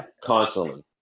constantly